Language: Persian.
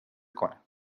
کنم